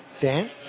Dan